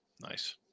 Nice